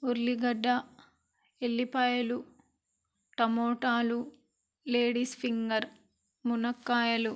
ఉర్లిగడ్డ ఎల్లిపాయలు టమోటాలు ladies finger మునక్కాయలు